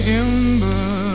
ember